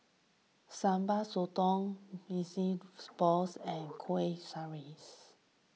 Sambal Sotong Sesame Balls and Kuih Rengas